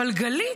אבל גלית,